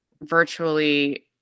virtually